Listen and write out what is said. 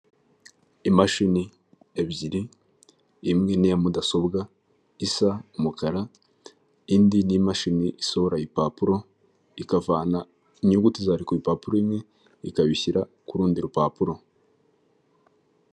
Imashini ebyiri, imwe ni iya mudasobwa isa umukara, indi ni imashini isohora impapuro ikavana inyuguti zari ku rupapuro rumwe ikabishyira ku rundi rupapuro.